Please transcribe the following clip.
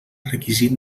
requisit